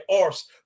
arse